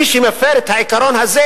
מי שמפר את העיקרון הזה,